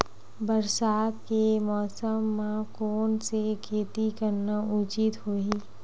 बरसात के मौसम म कोन से खेती करना उचित होही?